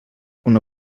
una